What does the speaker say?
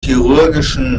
chirurgischen